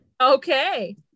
Okay